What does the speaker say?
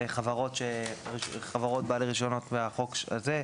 חברות בעלי רישיונות בחוק הזה,